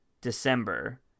December